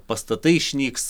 pastatai išnyks